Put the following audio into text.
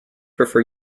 prefer